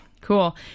Cool